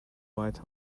white